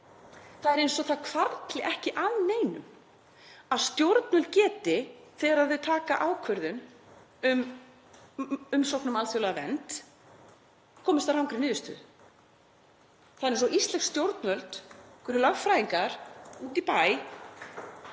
Það er eins og það hvarfli ekki að neinum að stjórnvöld geti, þegar þau taka ákvörðun um umsókn um alþjóðlega vernd, komist að rangri niðurstöðu. Það er eins og íslensk stjórnvöld, einhverjir lögfræðingar úti í bæ,